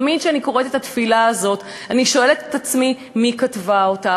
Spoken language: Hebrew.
תמיד כשאני קוראת את התפילה הזאת אני שואלת את עצמי: מי כתבה אותה?